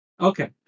Okay